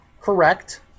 correct